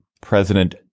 President